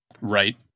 Right